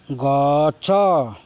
ଗଛ